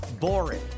boring